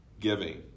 giving